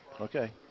Okay